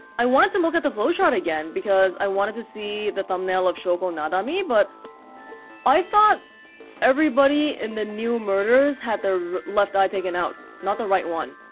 i wanted to look at the flowchart again, because i wanted to see the thumbnail of shoko nadami, but i thought everybody in the new murders had their left eye taken out, not the right one